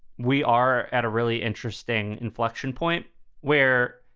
we are at a really interesting inflection point where.